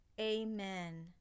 Amen